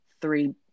three